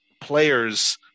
players